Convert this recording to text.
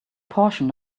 portion